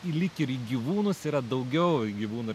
lyg ir į gyvūnus yra daugiau gyvūnų